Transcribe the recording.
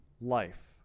life